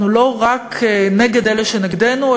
אנחנו לא רק נגד אלה שנגדנו,